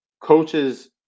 coaches